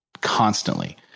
constantly